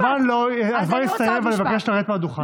הזמן הסתיים, ואני מבקש לרדת מהדוכן.